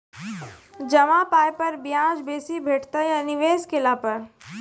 जमा पाय पर ब्याज बेसी भेटतै या निवेश केला पर?